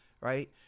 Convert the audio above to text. Right